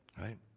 right